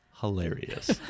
hilarious